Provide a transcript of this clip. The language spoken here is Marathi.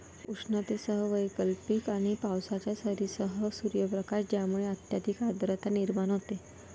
उष्णतेसह वैकल्पिक आणि पावसाच्या सरींसह सूर्यप्रकाश ज्यामुळे अत्यधिक आर्द्रता निर्माण होते